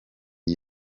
iyi